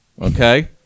Okay